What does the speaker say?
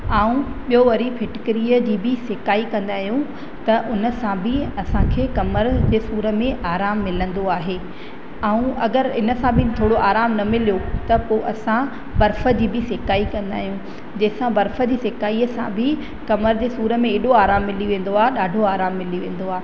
ऐं ॿियो वरी फिटकरीअ जी बि सिकाई कंदा आहियूं त उन सां बि असांखे कमर जे सूर में आराम मिलंदो आहे ऐं अगरि इन सां बि थोरो आराम न मिलियो त पोइ असां बर्फ जी बि सिकाई कंदा आहियूं जंहिंसां बर्फ जी सिकाई सां बि कमर जे सूर में एॾो आराम मिली वेंदो आहे ॾाढो आराम मिली वेंदो आहे